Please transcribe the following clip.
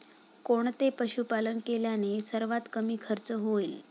कोणते पशुपालन केल्याने सर्वात कमी खर्च होईल?